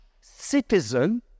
citizen